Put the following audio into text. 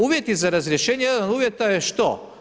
Uvjeti za razrješenje, jedan od uvjeta je što?